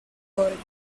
algorithm